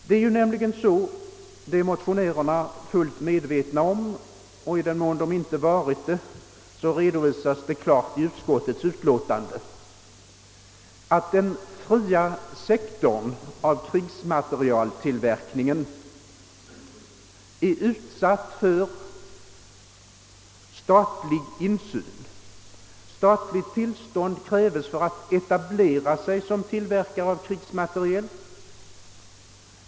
Det är nämligen så — och det har motionärerna säkert varit fullt medvetna om, och i den mån så inte varit fallet har de kunnat läsa sig till det i utskottsutlåtandet, där saken klart redovisas — att krigsmaterieltillverkningen är föremål för statlig insyn. Statligt tillstånd krävs för att få etablera sig som tillverkare av krigsmateriel.